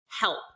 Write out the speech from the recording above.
help